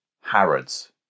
Harrods